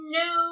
no